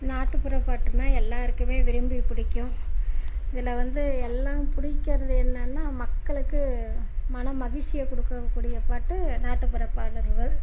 நாட்டுப்புற பாட்டுனா எல்லோருக்குமே விரும்பி பிடிக்கும் இதில் வந்து எல்லா பிடிக்குறது என்னெனா மக்களுக்கு மனம் மகிழ்ச்சியை கொடுக்கக்கூடிய பாட்டு நாட்டுப்புற பாடல்கள்